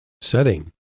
setting